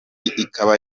ikaba